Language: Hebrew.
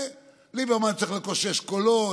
ליברמן צריך לקושש קולות,